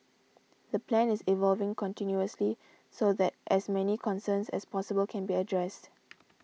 the plan is evolving continuously so that as many concerns as possible can be addressed